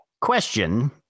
question